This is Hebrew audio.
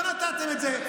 לא נתתם את זה.